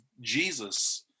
Jesus